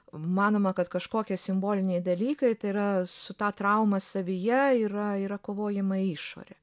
manoma kad kažkokie simboliniai dalykai tai yra su ta trauma savyje yra yra kovojama į išorę